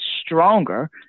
stronger